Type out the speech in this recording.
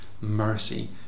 mercy